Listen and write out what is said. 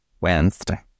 Wednesday